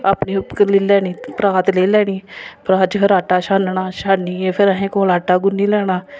अपने ओह् लेई लैनी परात लेई लेनी परात च फिर आटा छानना छानियै फिर अहें कोल आटा गुन्नी लैना